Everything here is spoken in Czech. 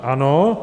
Ano.